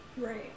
Right